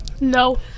No